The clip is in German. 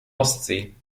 ostsee